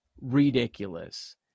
ridiculous